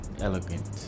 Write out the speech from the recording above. elegant